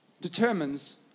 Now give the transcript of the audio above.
determines